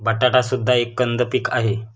बटाटा सुद्धा एक कंद पीक आहे